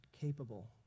capable